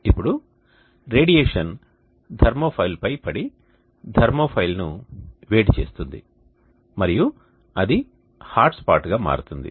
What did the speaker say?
ఇప్పుడు radiation thermopile పై పడి థర్మోఫైల్ ను వేడి చేస్తుంది మరియు అది హాట్స్పాట్గా మారుతుంది